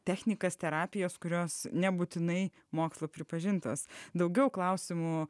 technikas terapijos kurios nebūtinai mokslo pripažintos daugiau klausimų